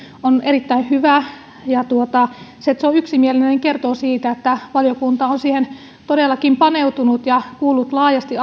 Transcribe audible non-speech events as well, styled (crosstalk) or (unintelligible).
on erittäin hyvä ja se että se on yksimielinen kertoo siitä että valiokunta on siihen todellakin paneutunut ja kuullut laajasti (unintelligible)